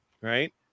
right